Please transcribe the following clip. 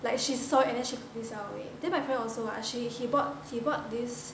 like she saw and then she quickly sell away then my friend also [what] she he bought he bought this